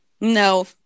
No